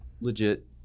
legit